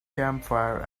campfire